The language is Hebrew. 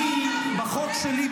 בחוק שלי,